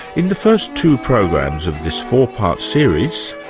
in the first two programs of this four-part series,